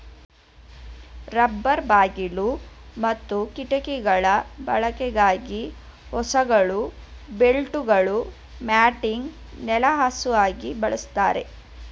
rubber ಬಾಗಿಲು ಮತ್ತು ಕಿಟಕಿಗಳ ಬಳಕೆಗಾಗಿ ಹೋಸ್ಗಳು ಬೆಲ್ಟ್ಗಳು ಮ್ಯಾಟಿಂಗ್ ನೆಲಹಾಸುಗಾಗಿ ಬಳಸ್ತಾರೆ